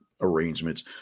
arrangements